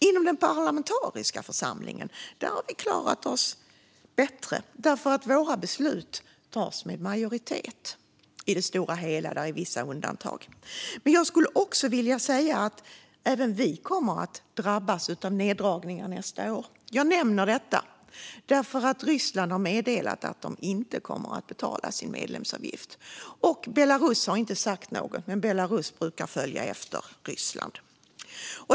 Inom den parlamentariska församlingen har vi klarat oss bättre. Våra beslut fattas med majoritet i det stora hela. Det är vissa undantag. Men även vi kommer att drabbas av neddragningar nästa år. Jag nämner detta därför att Ryssland har meddelat att landet inte kommer att betala sin medlemsavgift. Belarus har inte sagt något, men Belarus brukar följa efter Ryssland.